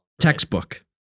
Textbook